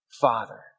Father